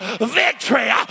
victory